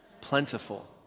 Plentiful